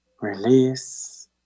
Release